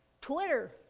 Twitter